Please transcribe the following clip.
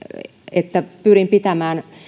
että pyrin pitämään